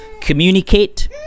communicate